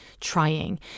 trying